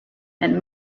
and